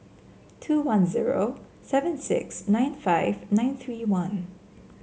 two one zero seven six nine five nine three one